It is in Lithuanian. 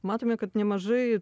matome kad nemažai